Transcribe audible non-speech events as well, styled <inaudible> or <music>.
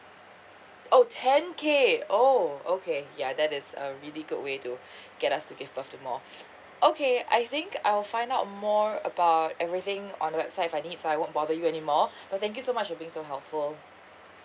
oh ten K oh okay ya that is a really good way to <breath> get us to give birth to more okay I think I'll find out more about everything on the website if I need so I won't bother you anymore <breath> but thank you so much for being so helpful